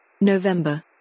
November